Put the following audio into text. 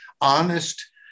honest